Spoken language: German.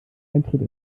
eintritt